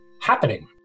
happening